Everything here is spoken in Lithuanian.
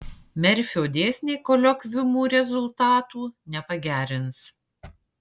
merfio dėsniai koliokviumų rezultatų nepagerins